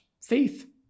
faith